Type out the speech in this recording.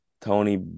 Tony